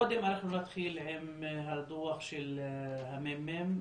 קודם נתחיל עם הדוח של הממ"מ,